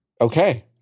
Okay